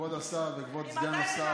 אדוני היושב-ראש, כבוד השר וכבוד סגן השר,